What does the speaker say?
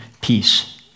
peace